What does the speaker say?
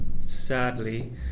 sadly